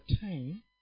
time